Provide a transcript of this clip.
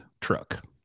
truck